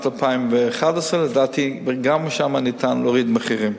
2011. לדעתי גם שם ניתן להוריד מחירים.